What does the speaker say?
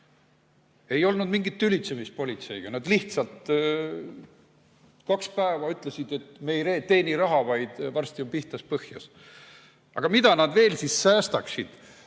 Ei olnud mingit tülitsemist politseiga, nad lihtsalt kaks päeva ütlesid, et me ei teeni raha, vaid varsti on pihtas, põhjas. Aga mida nad veel siis säästaksid